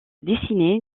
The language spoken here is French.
dessiné